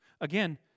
Again